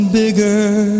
bigger